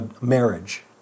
marriage